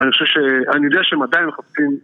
אני חושב ש... אני יודע שהם עדיין מחפשים